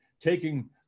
taking